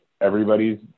everybody's